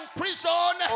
prison